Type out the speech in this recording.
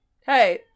Hey